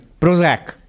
Prozac